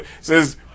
Says